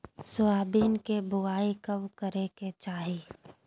Soybean के बुआई कब करे के चाहि?